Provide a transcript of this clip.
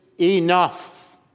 enough